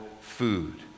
food